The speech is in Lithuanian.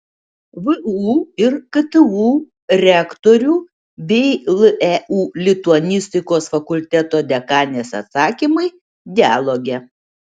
vu ir ktu rektorių bei leu lituanistikos fakulteto dekanės atsakymai dialoge